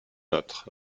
autre